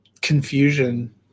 Confusion